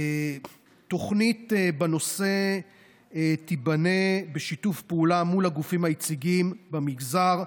תוכנית בנושא תיבנה בשיתוף פעולה מול הגופים היציגים במגזר,